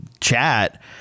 chat